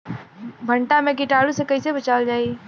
भनटा मे कीटाणु से कईसे बचावल जाई?